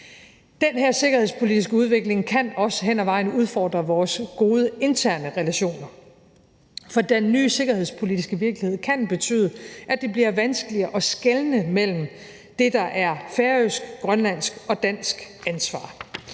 Den her sikkerhedspolitiske udvikling kan også hen ad vejen udfordre vores gode interne relationer. For den nye sikkerhedspolitiske virkelighed kan betyde, at det bliver vanskeligere at skelne mellem det, der er færøsk, grønlandsk og dansk ansvar.